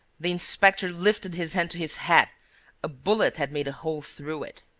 the inspector lifted his hand to his hat a bullet had made a hole through it.